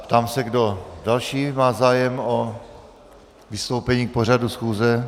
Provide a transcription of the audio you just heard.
Ptám se, kdo další má zájem o vystoupení k pořadu schůze?